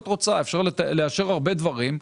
אפשר לאשר הרבה דברים.